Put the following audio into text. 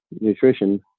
nutrition